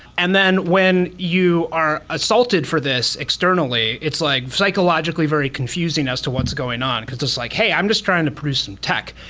and then when you are assaulted for this externally, it's like psychologically very confusing as to what's going on, because it's like, hey! i'm just trying to produce some tech.